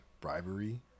bribery